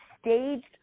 staged